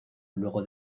luego